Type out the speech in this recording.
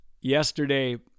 Yesterday